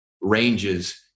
ranges